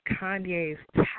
Kanye's